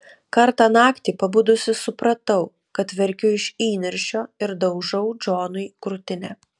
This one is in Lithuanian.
kartą naktį pabudusi supratau kad verkiu iš įniršio ir daužau džonui krūtinę